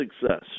success